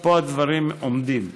פה הדברים עומדים.